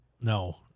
No